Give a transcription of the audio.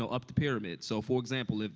so up the pyramid. so for example,